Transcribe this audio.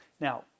Now